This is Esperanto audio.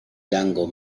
lango